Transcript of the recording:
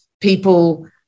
people